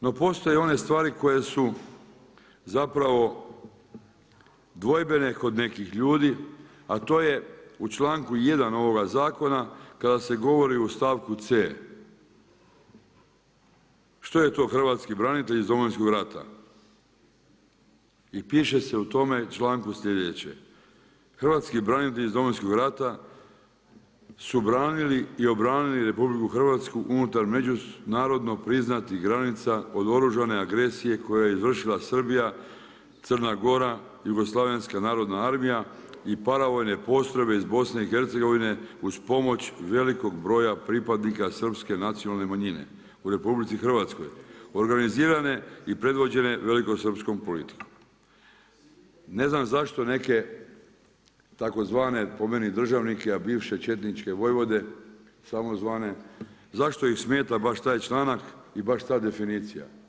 No postoje one stvari koje su zapravo dvojbene kod nekih ljudi, a to je u članku 1. ovog zakona kada se govori u stavku c., što je to hrvatski branitelj iz Domovinskog rata i piše se u tome članku slijedeće: „Hrvatski branitelj iz Domovinskog rata su branili i obranili RH unutar međunarodno priznatih granica od oružane agresije koju je izvršila Srbija, Crna Gora, JNA i paravojne postrojbe iz BiH-a uz pomoć velikog broja pripadnika srpske nacionalne manjine u RH organizirane i predvođene velikosrpskom politikom.“ Ne znam zašto neke tzv. po meni državnike a bivše četničke vojvode samozvane, zašto ih smeta baš taj članak i baš ta definicija.